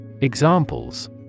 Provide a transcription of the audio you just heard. Examples